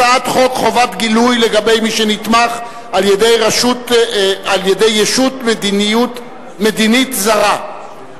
הצעת חוק חובת גילוי לגבי מי שנתמך על-ידי ישות מדינית זרה,